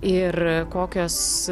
ir kokios